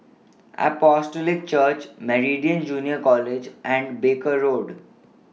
Apostolic Church Meridian Junior College and Barker Road